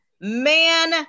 Man